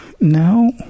No